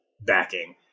backing